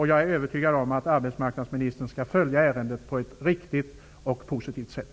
Jag är övertygad om att arbetsmarknadsministern skall följa ärendet på ett riktigt och positivt sätt.